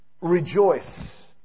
rejoice